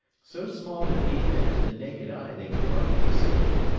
so small indeed that to the naked eye they could hardly be seen.